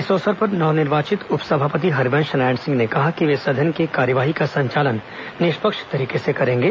इस अवसर पर नवनिर्वाचित उपसभापति हरिवेश नारायण सिंह ने कहा कि वे सदन की कार्यवाही का संचालन निष्पक्ष तरीके से करेंगे